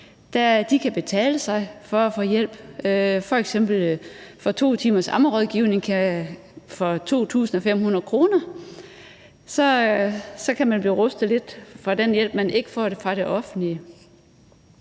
kan få, kan betale for at få hjælp. Man kan f.eks. få 2 timers ammerådgivning for 2.500 kr. Så kan man blive rustet lidt og få den hjælp, som man ikke får fra det offentlige.